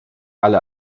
alle